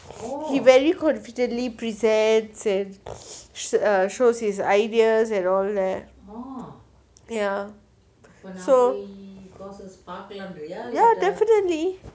he very confidently presents and uh shows his ideas at all leh ya so ya definitely